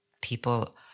people